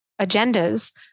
agendas